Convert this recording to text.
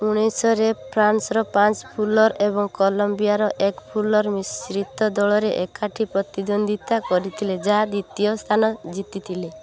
ଉଣେଇଶ ଶହରେ ଫ୍ରାନ୍ସର ପାଞ୍ଚ ଫୁଲର୍ ଏବଂ କଲମ୍ବିଆର ଏକ ଫୁଲର୍ ମିଶ୍ରିତ ଦଳରେ ଏକାଠି ପ୍ରତିଦ୍ୱନ୍ଦ୍ୱିତା କରିଥିଲେ ଯାହା ଦ୍ୱିତୀୟ ସ୍ଥାନ ଜିତିଥିଲା